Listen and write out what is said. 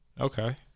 Okay